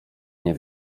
nie